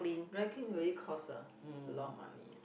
dry clean really cost uh a lot of money ah